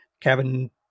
Kevin